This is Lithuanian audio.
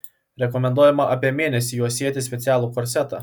rekomenduojama apie mėnesį juosėti specialų korsetą